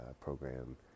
program